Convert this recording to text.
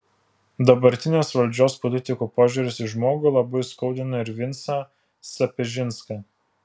dabartinės valdžios politikų požiūris į žmogų labai skaudina ir vincą sapežinską